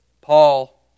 Paul